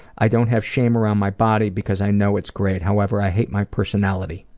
i don't have shame around my body because i know it's great, however i hate my personality.